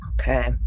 Okay